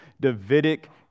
Davidic